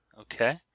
Okay